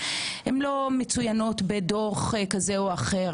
לא מצוינים בדוח כזה או אחר.